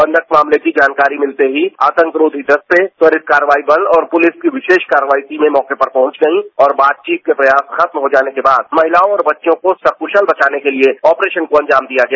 बंधक मामले की जानकारी मिलते ही आतंकरोधी दस्ते त्वरित कार्रवाई बल और पुलिस की विशेष कार्रवाई टीमें मौके पर पहुंच गयीं और बातचीत के प्रयास खत्म हो जाने के बाद महिलाओं और बच्चों को सकुशल बचाने को लिए ऑपरेशन को अंजाम दिया गया